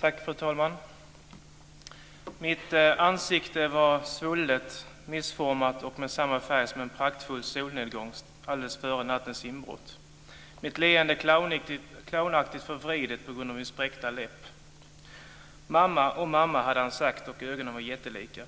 Fru talman! "Mitt ansikte var svullet, missformat och med samma färg som en praktfull solnedgång alldeles före nattens inbrott, mitt leende clownaktigt förvridet på grund av min spräckta läpp. Mamma, oh, mamma hade han sagt och ögonen var jättelika.